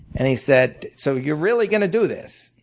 and he said so you're really gonna do this?